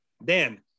Then-